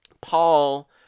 paul